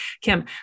Kim